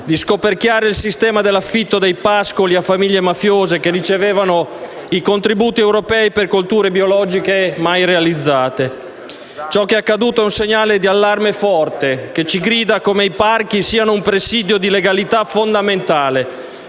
di scoperchiare il sistema dell'affitto dei pascoli a famiglie mafiose, che ricevevano i contributi europei per colture biologiche mai realizzate. Ciò che è accaduto è un segnale di allarme forte, un grido che dimostra come i parchi siano un presidio di legalità fondamentale.